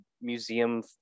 museum